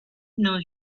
know